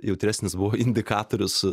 jautresnis buvo indikatorius